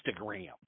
Instagram